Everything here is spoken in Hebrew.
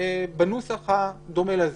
בנוסח הדומה לזה.